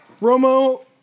Romo